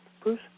Bruce